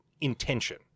intention